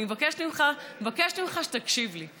אני מבקשת ממך שתקשיב לי.